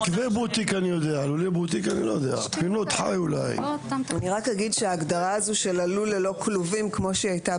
אני רק אומר שההגדרה הזאת של הלול ללא כלובים כמו שהייתה